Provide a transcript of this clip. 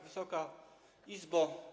Wysoka Izbo!